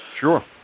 Sure